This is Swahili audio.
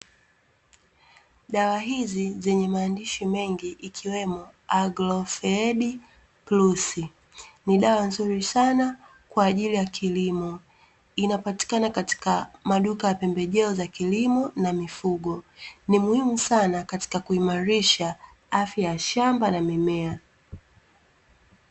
Dawa hizi zenye maandishi mengi ikiwemo (Aglofeed plus) ni dawa nzuri sana kwa ajili ya kilimo inapatikana katika maduka ya pembejeo za kilimo na mifugo ni muhimu sana katika kuimarisha afya ya shamba na mimea.